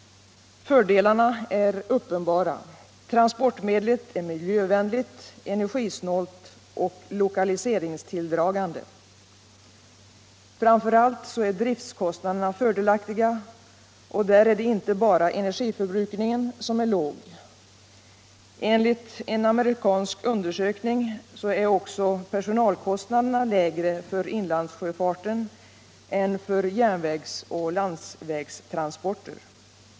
Fördelarna är uppenbara — transportmedlet är miljövänligt, energisnålt och lokaliseringstilldragande. Framför allt är driftkostnaderna fördelaktiga, och där är det inte bara energiförbrukningen som är låg. Enligt en amerikansk undersökning är också personalkostnaderna lägre för inlandssjöfarten än för järnvägsoch landsvägstransporter.